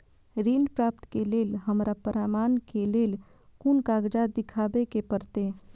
ऋण प्राप्त के लेल हमरा प्रमाण के लेल कुन कागजात दिखाबे के परते?